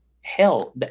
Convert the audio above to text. hell